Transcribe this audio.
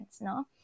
no